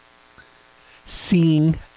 seeing